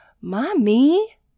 mommy